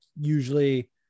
usually